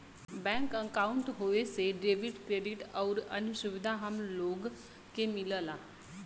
bank अंकाउट होये से डेबिट, क्रेडिट आउर अन्य सुविधा हम लोग के मिलला